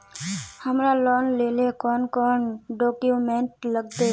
हमरा लोन लेले कौन कौन डॉक्यूमेंट लगते?